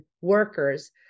workers